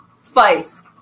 Spice